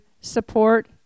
support